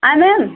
अएँ मैम